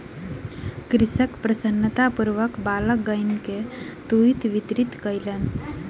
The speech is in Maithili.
कृषक प्रसन्नतापूर्वक बालकगण के तूईत वितरित कयलैन